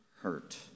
hurt